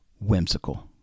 whimsical